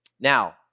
Now